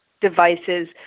devices